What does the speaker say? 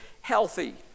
healthy